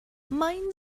mein